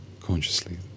consciously